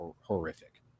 horrific